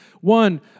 one